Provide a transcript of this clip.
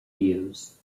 views